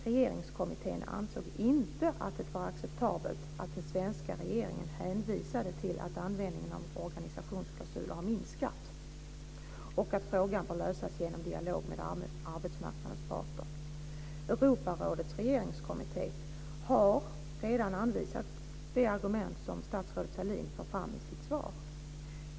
Regeringskommittén ansåg inte att det var acceptabelt att den svenska regeringen hänvisade till att användningen av organisationsklausuler har minskat och att frågan bör lösas genom en dialog med arbetsmarknadens parter. Europarådets regeringskommitté har redan anvisat de argument som statsrådet Sahlin för fram i sitt svar.